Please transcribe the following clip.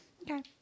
Okay